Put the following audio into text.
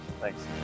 thanks